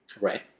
Right